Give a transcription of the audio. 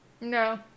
No